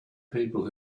people